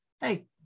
hey